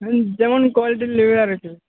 হুম যেমন কোয়ালিটির নেবে আরকি